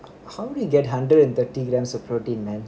how do you get hundred and thirty grams of protein man